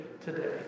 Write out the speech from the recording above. today